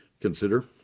consider